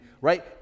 right